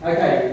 Okay